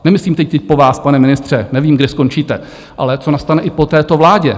Nemyslím teď ty po vás, pane ministře, nevím, kde skončíte, ale co nastane i po této vládě.